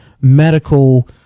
medical